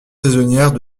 saisonnières